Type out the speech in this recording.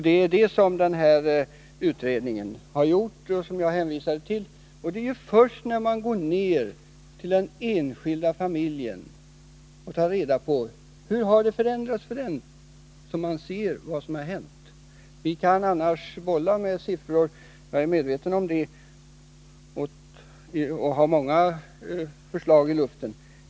Det är det som den utredning gjort som jag hänvisade till. Det är först när man går ned till den enskilda familjen och tar reda på hur det har förändrats för den som man ser vad som hänt. Annars kan vi bolla hur vi vill med siffror.